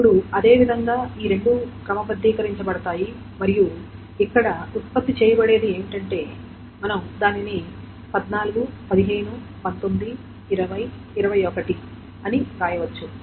ఇప్పుడు అదే విధంగా ఈ రెండూ క్రమబద్ధీకరించబడతాయి మరియు ఇక్కడ ఉత్పత్తి చేయబడేది ఏమిటంటే మనం దానిని 14 15 19 20 21 అని వ్రాయవచ్చు